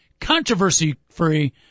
controversy-free